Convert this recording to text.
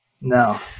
No